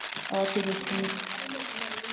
okay ചേച്ചി